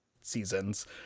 seasons